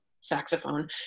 saxophone